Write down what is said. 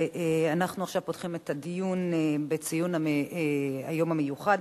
אנחנו פותחים עכשיו את הדיון לציון היום המיוחד